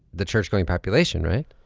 the churchgoing population right?